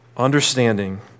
understanding